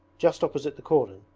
just opposite the cordon,